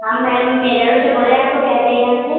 हम ma'am Meja road से बोल रहें आपको क्या चाहिए हमसे